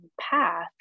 path